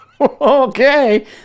Okay